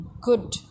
good